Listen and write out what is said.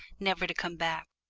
never to come back,